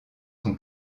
son